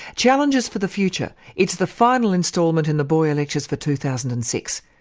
challenges for the future it's the final instalment in the boyer lectures for two thousand and six.